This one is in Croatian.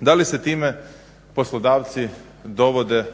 Da li se time poslodavci dovode